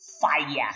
fire